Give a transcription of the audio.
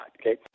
Okay